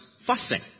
fussing